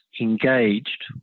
engaged